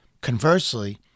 Conversely